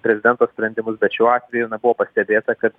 prezidento sprendimus bet šiuo atveju na buvo pastebėta kad